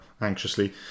anxiously